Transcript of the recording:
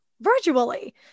Virtually